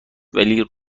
ولی